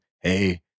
Hey